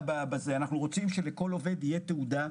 אנחנו רוצים שלכל עובד תהיה תעודה,